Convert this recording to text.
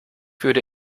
würde